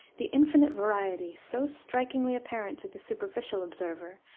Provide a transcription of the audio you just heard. the infinite variety, so strikingly apparent to the superficial observer,